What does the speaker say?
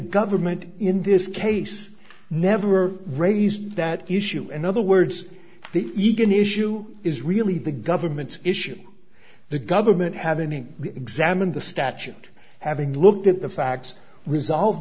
government in this case never raised that issue in other words the eagan issue is really the government issue the government having examined the statute having looked at the facts resolve